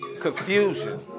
Confusion